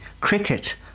cricket